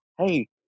Hey